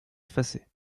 effacé